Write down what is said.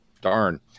Darn